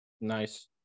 Nice